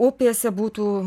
upėse būtų